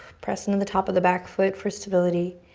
press into the top of the back foot for stability.